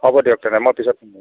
হ'ব দিয়ক তেনে মই পিছত